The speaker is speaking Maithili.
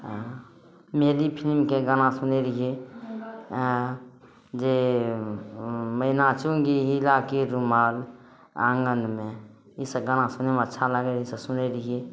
आ मेरी फिलिमके गाना सुनै रहियै आ जे मै नाचूँगी हिलाके रुमाल आँगनमे ई सब गाना सुनैमे अच्छा लागै रहै ई सब सुनै रहियै